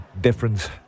difference